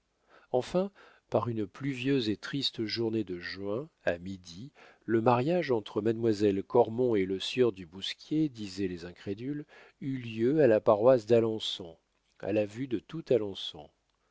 enfin par une pluvieuse et triste journée de juin à midi le mariage entre mademoiselle cormon et le sieur du bousquier disaient les incrédules eut lieu à la paroisse d'alençon à la vue de tout